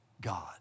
God